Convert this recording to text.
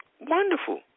Wonderful